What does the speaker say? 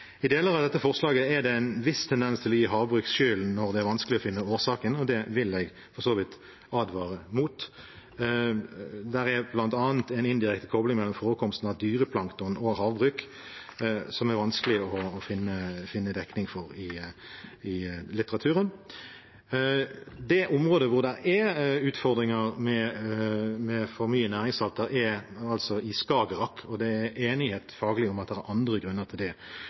I deler av dette forslaget er det en viss tendens til å gi havbruk skylden når det er vanskelig å finne årsaken – og det vil jeg for så vidt advare mot. Det er bl.a. en indirekte kobling mellom forekomst av dyreplankton og havbruk, som det er vanskelig å finne dekning for i litteraturen. Det området hvor det er utfordringer med for mye næringssalter, er i Skagerrak. Det er faglig enighet om at det er andre grunner til det